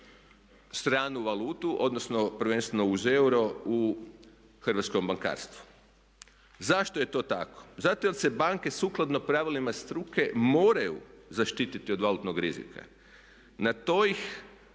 stranu valutu odnosno prvenstveno uz euro u hrvatskom bankarstvu. Zašto je to tako? Zato jer se banke sukladno pravilima struke moraju zaštititi od valutnog rizika. Na to ih